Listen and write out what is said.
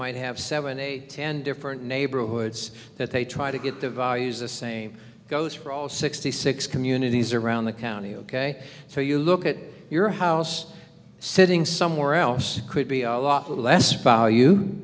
might have seven eight ten different neighborhoods that they try to get the values the same goes for all sixty six communities around the county ok so you look at your house sitting somewhere else could be a lot less